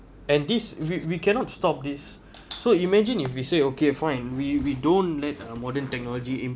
and this we we cannot stop this so imagine if we say okay fine we we don't let uh modern technology